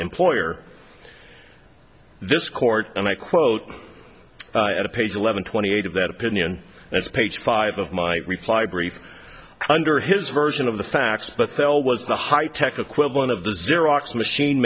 employer this court and i quote a page eleven twenty eight of that opinion and it's page five of my reply brief under his version of the facts but fell was the high tech equivalent of the xerox machine